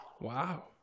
wow